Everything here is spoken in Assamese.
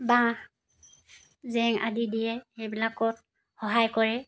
বাঁহ জেং আদি দিয়ে সেইবিলাকত সহায় কৰে